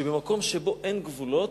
במקום שבו אין גבולות,